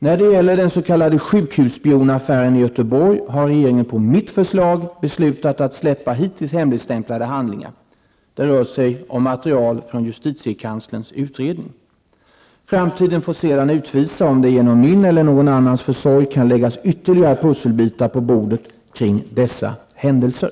När det gäller den s.k. sjukhusspionaffären i Göteborg har regeringen på mitt förslag beslutat att släppa hittills hemligstämplade handlingar. Det rör sig om material från justitiekanslerns utredning. Framtiden får sedan utvisa om det genom min eller någon annans försorg kan läggas ytterligare pusselbitar på bordet kring dessa händelser.